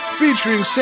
featuring